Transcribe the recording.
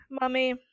mummy